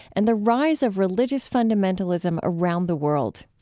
and the rise of religious fundamentalism around the world.